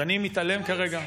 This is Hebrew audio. אז אני מתעלם כרגע,